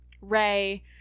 ray